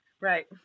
Right